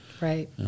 Right